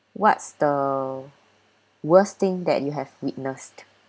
what's the worst thing that you have witnessed